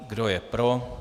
Kdo je pro?